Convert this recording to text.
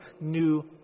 new